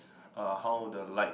uh how the light